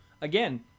Again